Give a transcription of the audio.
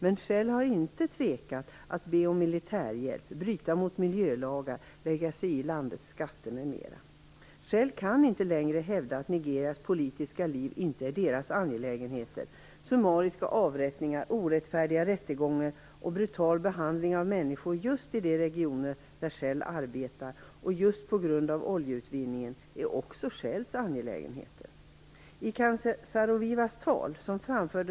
Men Shell har inte tvekat att be om militärhjälp, bryta mot miljölagar, lägga sig i landets skatter m.m. Shell kan inte längre hävda att Nigerias politiska liv inte är deras angelägenhet. Summariska avrättningar och orättfärdiga rättegångar i just de regioner där Shell arbetar - och just på grund av oljeutvinningen - är också Shells angelägenheter.